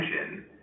attention